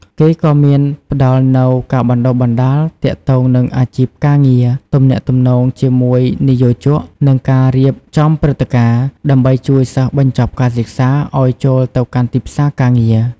គេក៏មានផ្ដល់នូវការបណ្តុះបណ្ដាលទាក់ទងនឹងអាជីពការងារ ទំនាក់ទំនងជាមួយនិយោជក និងការរៀបចំព្រឹត្តិការណ៍ ដើម្បីជួយសិស្សបញ្ចប់ការសិក្សាឱ្យចូលទៅកាន់ទីផ្សារការងារ។